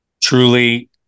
truly